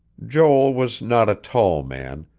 joel was not a tall man,